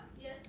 yes